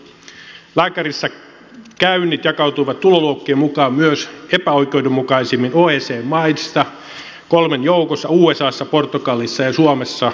lääkärissä käynnit jakautuivat tuloluokkien mukaan myös epäoikeudenmukaisimmin oecd maissa kolmen joukossa usassa portugalissa ja suomessa